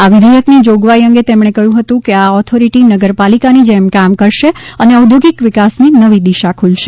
આ વિઘેયકની જોગવાઇ અંગે તેમણે કહ્યું હતું કે આ ઓથોરિટી નગરપાલિકાની જેમ કામ કરશે અને ઔદ્યોગિક વિકાસની નવી દિશા ખોલશે